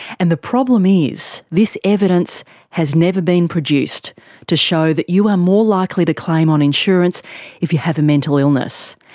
and the problem is this evidence has never been produced to show that you are more likely to claim on insurance if you have a mental illness.